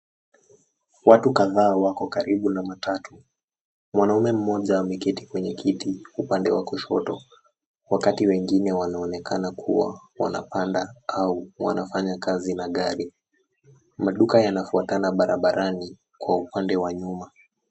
Watu kadhaa wako karibu na matatu. Mwanaume mmoja ameketi kwenye kiti upande wa kushoto wakati wengine wanaonekana kuwa wanapanda au wanafanya kazi na gari. Maduka yanafuatana barabarani kwa upande wa nyuma.